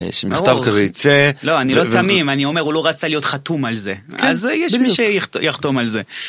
יש מכתב כזה ייצא. - ברור. לא, אני לא תמים, אני אומר, הוא לא רצה להיות חתום על זה. אז יש מי שיחתום על זה.